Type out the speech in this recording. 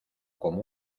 como